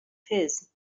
his